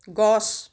গছ